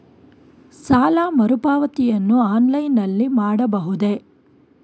ಸಾಲ ಮರುಪಾವತಿಯನ್ನು ಆನ್ಲೈನ್ ನಲ್ಲಿ ಮಾಡಬಹುದೇ?